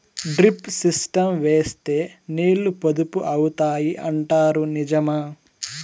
Drip system వేస్తే నీళ్లు పొదుపు అవుతాయి అంటారు నిజమా?